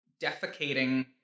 defecating